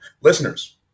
Listeners